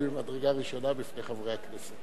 אתה מעמיד אתגר אינטלקטואלי ממדרגה ראשונה בפני חברי הכנסת.